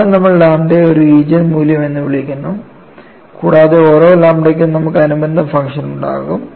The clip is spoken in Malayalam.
അതിനാൽ നമ്മൾ ലാംഡയെ ഒരു ഈജൻ മൂല്യം എന്ന് വിളിക്കുന്നു കൂടാതെ ഈ ഓരോ ലാംഡയ്ക്കും നമുക്ക് അനുബന്ധ ഫംഗ്ഷൻ ഉണ്ടാകും